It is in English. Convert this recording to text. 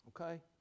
okay